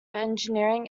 engineering